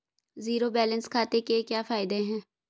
Zero balance खाते के क्या फायदे हैं?